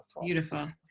Beautiful